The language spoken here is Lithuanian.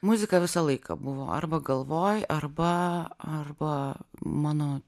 muzika visą laiką buvo arba galvoj arba arba mano